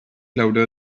louder